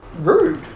rude